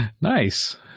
Nice